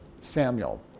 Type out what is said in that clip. Samuel